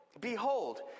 Behold